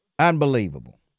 Unbelievable